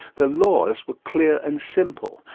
the laws were clear and simple,